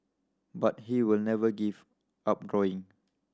but he will never give up drawing